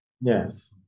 Yes